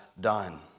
done